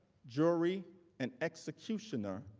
jury and executioner